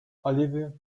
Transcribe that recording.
oliver